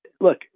look